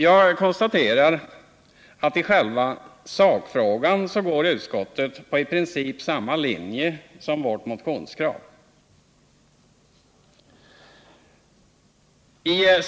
Jag konstaterar att i själva sakfrågan går utskottet i princip på samma linje som vårt motionskrav.